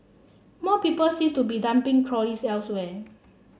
more people seem to be dumping trolleys elsewhere